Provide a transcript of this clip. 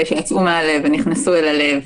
שיצאו מהלב ונכנסו אל הלב.